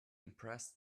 impressed